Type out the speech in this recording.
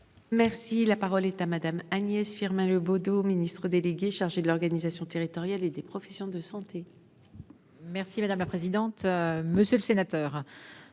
Merci la parole est à Madame Agnès Firmin Le Bodo, Ministre délégué chargé de l'organisation territoriale et des professions de santé. Merci madame la présidente, monsieur le sénateur.